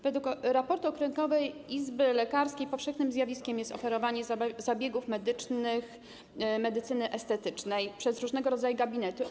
Według raportu okręgowej izby lekarskiej powszechnym zjawiskiem jest oferowanie zabiegów medycyny estetycznej przez różnego rodzaju gabinety.